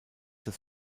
das